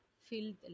filled